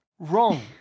Wrong